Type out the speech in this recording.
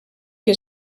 que